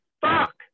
fuck